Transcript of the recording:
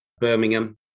Birmingham